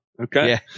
Okay